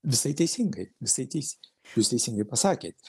visai teisingai visai teis jūs teisingai pasakėt